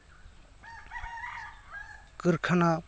ᱠᱟᱹᱨᱠᱷᱟᱱᱟ